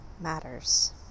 matters